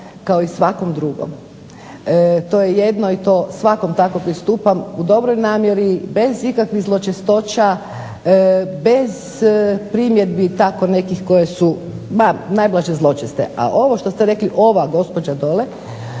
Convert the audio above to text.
kao i svakom drugom. To je jedno i to svakom tako pristupam u dobroj namjeri, bez ikakvih zločestoća, bez primjedbi tako nekih koje su ma najblaže zločeste. A ovo što ste rekli, ova gospođa dole,